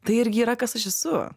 tai irgi yra kas aš esu